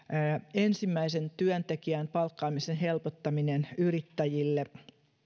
ensimmäisen työntekijän palkkaamisen helpottaminen yrittäjille